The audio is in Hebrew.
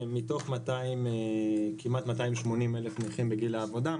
מתוך כמעט 280 אלף נכים בגיל העבודה,